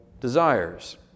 desires